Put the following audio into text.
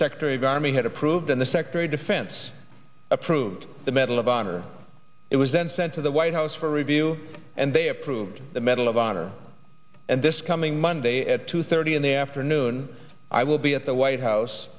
army had approved and the secretary of defense approved the medal of honor it was then sent to the white house for review and they approved the medal of honor and this coming monday at two thirty in the afternoon i will be at the white house